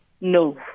No